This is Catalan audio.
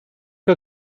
que